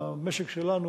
למשק שלנו,